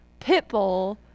pitbull